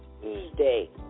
Tuesday